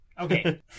Okay